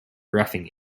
roughing